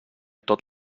tot